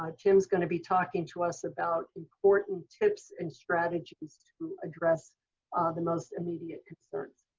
um tim's going to be talking to us about important tips and strategies to address the most immediate concerns.